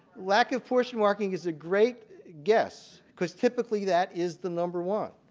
lack of portion marking is a great guess because typically that is the number one.